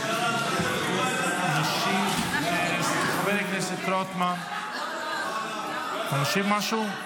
ישיב חבר הכנסת רוטמן, אתה משיב משהו?